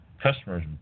Customers